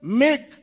make